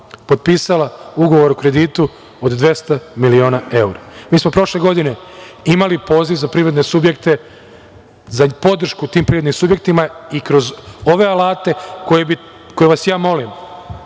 potpisala ugovor o kreditu od 200 miliona evra. Mi smo prošle godine imali poziv za privredne subjekte, za podršku tim privrednim subjektima i kroz ove alate, koje vas molim